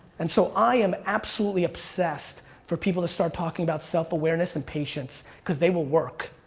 and so i am absolutely obsessed for people to start talking about self-awareness and patience, cause they will work.